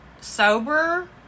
sober